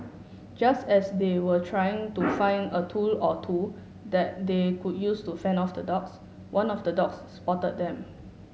just as they were trying to find a tool or two that they could use to fend of the dogs one of the dogs spotted them